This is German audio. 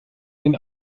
den